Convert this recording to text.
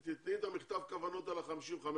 קודם כל תיתני את מכתב הכוונות על ה-55,000.